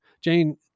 Jane